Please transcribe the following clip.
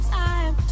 time